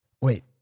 wait